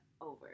over